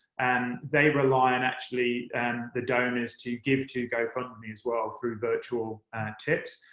and they rely on actually and the donors to give to gofundme as well through virtual tips.